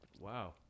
Wow